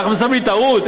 ועושים לי: טעות?